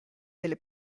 delle